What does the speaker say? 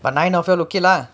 but nine people okay lah